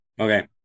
Okay